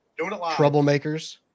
troublemakers